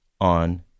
on